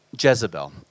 Jezebel